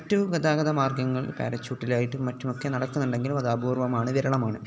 മറ്റു ഗതാഗത മാർഗ്ഗങ്ങൾ പാരച്ചൂട്ടിലായിട്ടും മറ്റുമൊക്കെ നടക്കുന്നുണ്ടെങ്കിലും അതപൂർവ്വമാണ് വിരളമാണ്